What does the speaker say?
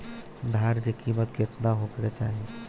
धान के किमत केतना होखे चाही?